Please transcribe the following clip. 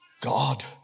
God